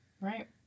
Right